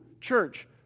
church